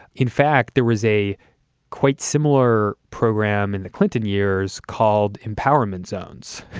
in fact, there was a quite similar program in the clinton years called empowerment zones.